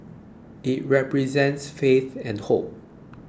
it represents faith and hope